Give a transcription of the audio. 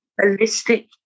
holistic